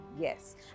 Yes